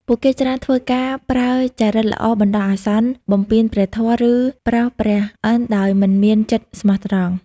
ពួកគេច្រើនធ្វើការប្រើចរិតល្អបណ្ដោះអាសន្ន បំពានព្រះធម៌ ឬប្រោសព្រះឥន្ទន៍ដោយមិនមានចិត្តស្មោះត្រង់។